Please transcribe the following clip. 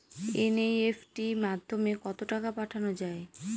NEFT মাধ্যমে কত টাকা পাঠানো যায়?